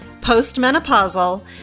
postmenopausal